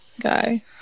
guy